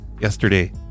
yesterday